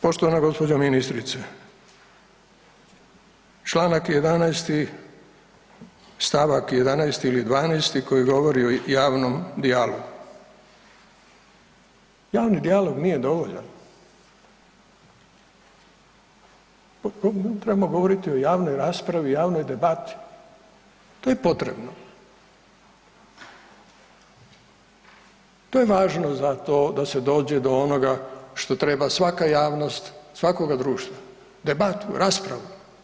Poštovana gospođo ministrice, čl. 11. st. 11. ili 12. koji govori o javnom dijalogu, javni dijalog nije dovoljan, trebamo govoriti o javnoj raspravi, javnoj debati to je potrebno, to je važno za to da se dođe do onoga što treba svaka javnost svakoga društva debatu, raspravu.